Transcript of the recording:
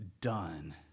done